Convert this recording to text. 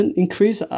increase